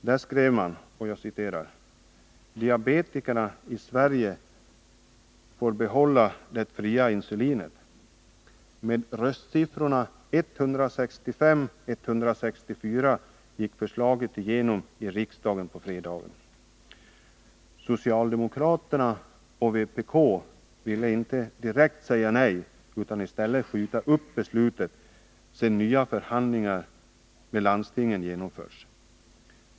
Där skrev man: ”Diabetikerna i Sverige får behålla det fria insulinet. Med röstsiffrorna 165—164 gick förslaget igenom i riksdagen på fredagen. Socialdemokraterna och vpk ville inte direkt säga nej utan i stället skjuta upp beslutet sedan nya förhandlingar med landstingen genomförts.